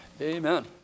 Amen